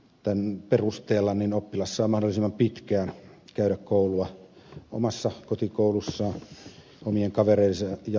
tämän perusteella oppilas saa mahdollisimman pitkään käydä koulua omassa kotikoulussaan omien kavereidensa ja naapureidensa kanssa